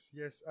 yes